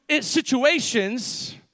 situations